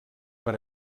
per